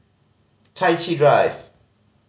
Chai Chee Drive